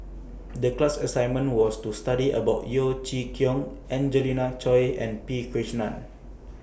The class assignment was to study about Yeo Chee Kiong Angelina Choy and P Krishnan